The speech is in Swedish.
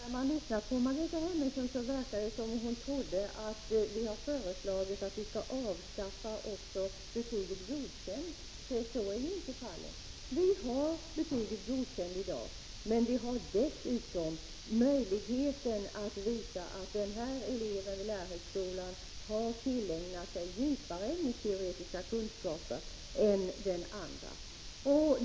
Herr talman! När man lyssnar på Margareta Hemmingsson verkar det som om hon trodde att vi föreslagit att vi skall avskaffa också betyget Godkänd. Så är ju inte fallet. Vi har betyget Godkänd i dag, men vi har dessutom möjligheten att visa att den här eleven vid lärarhögskolan har tillägnat sig djupare ämnesteoretiska kunskaper än den andra.